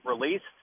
released